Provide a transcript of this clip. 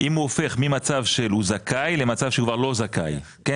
אם הוא הופך ממצב של הוא זכאי למצב שכבר לא זכאי כן,